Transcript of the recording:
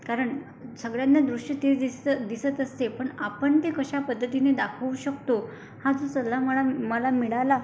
कारण सगळ्यांना दृश्य ते दिसतं दिसत असते पण आपण ते कशा पद्धतीने दाखवू शकतो हा जो सल्ला मला मला मिळाला